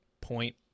point